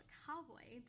cowboy